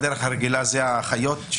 אז זה צריך להיות הפוך: